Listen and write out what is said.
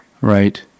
right